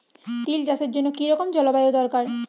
তিল চাষের জন্য কি রকম জলবায়ু দরকার?